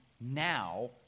now